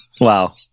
wow